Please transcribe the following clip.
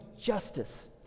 justice